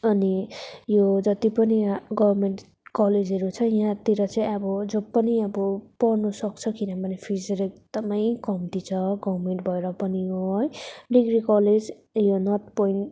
अनि यो जति पनि गभर्नमेन्ट कलेजहरू छ यहाँतिर चाहिँ अब जो पनि अब पढ्नुसक्छ किनभने फिजहरू एकदमै कम्ती छ गभर्नमेन्ट भएर पनि हो है डिग्री कलेज यो नर्थ पोइन्ट